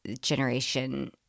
generation